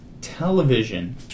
television